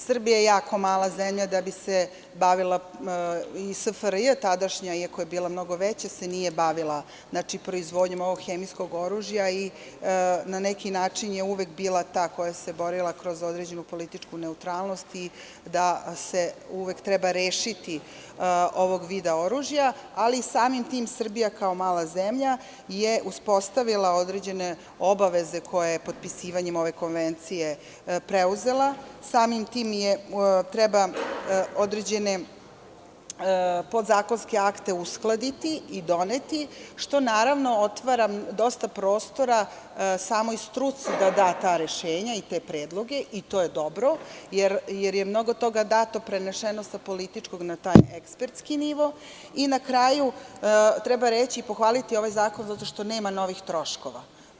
Srbija je jako mala zemlja da bi se bavila i SFRJ tadašnja, iako je bila mnogo veća nije se bavila proizvodnjom ovog hemijskog oružja i na neki način je uvek bila ta koja se borila kroz određenu političku neutralnost i da se uvek treba rešiti ovog vida oružja, ali samim tim Srbija kao mala zemlja je uspostavila određene obaveze koje je potpisivanjem ove konvencije preuzela, samim tim treba podzakonske akte uskladiti i doneti, što naravno otvara dosta prostora samoj struci da da ta rešenja i te predloge i to je dobro, jer je mnogo toga dato, prenešeno sa političkog na taj ekspertski nivo i na kraju treba reći i pohvaliti ovaj zakon, zato što nema novih troškova.